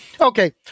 Okay